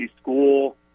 school